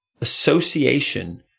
association